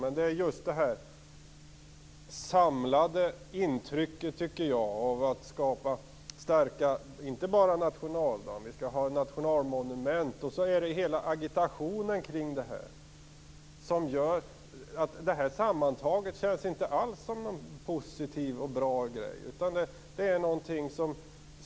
Men det är det samlade intrycket av att inte bara göra helgdag av nationaldagen utan att också ha nationalmonument. Hela agitationen kring detta gör att det här känns inte alls som någon positiv och bra grej.